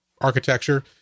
architecture